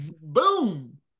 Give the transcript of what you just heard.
Boom